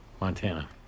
Montana